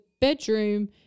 bedroom